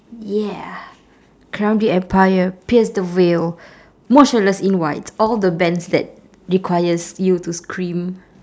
yeah crown the empire pierce the veil motionless in white all the bands that requires you to scream